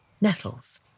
nettles